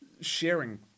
sharing